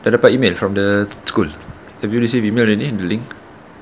dah dapat email from the school have you received email already